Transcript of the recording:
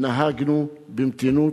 נהגנו במתינות: